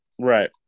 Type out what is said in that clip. Right